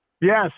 Yes